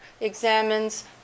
examines